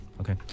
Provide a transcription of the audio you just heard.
Okay